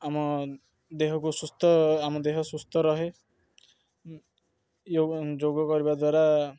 ଆମ ଦେହକୁ ସୁସ୍ଥ ଆମ ଦେହ ସୁସ୍ଥ ରହେ ଯୋଗ କରିବା ଦ୍ୱାରା